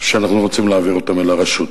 שאנחנו רוצים להעביר אותם אל הרשות.